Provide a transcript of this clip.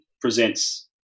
presents